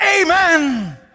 Amen